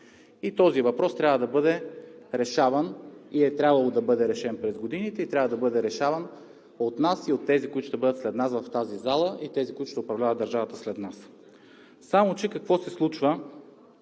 Този въпрос е трябвало да бъде решен през годините, трябва да бъде решаван от нас и от тези, които ще бъдат след нас в тази зала и от тези, които ще управляват държавата след нас. Само че какво се случва